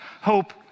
hope